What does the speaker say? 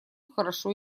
хорошо